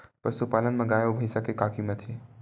पशुपालन मा गाय अउ भंइसा के का कीमत हे?